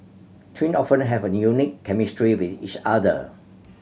twin often have a unique chemistry with each other